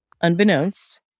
unbeknownst